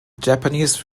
japanese